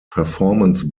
performance